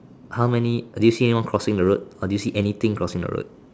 how many do you see anyone crossing the road or do you see anything cross the road